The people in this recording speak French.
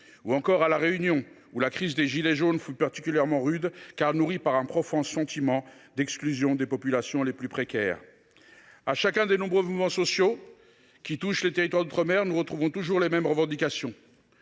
ou encore, à La Réunion, de la crise des « gilets jaunes », qui y fut particulièrement rude, car nourrie par un profond sentiment d’exclusion des populations les plus précaires. À chacun des nombreux mouvements sociaux qui touchent les territoires d’outre mer, on retrouve les mêmes revendications